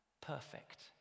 perfect